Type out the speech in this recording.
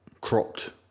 cropped